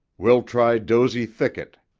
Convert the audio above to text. we'll try dozey thicket.